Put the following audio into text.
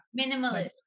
Minimalist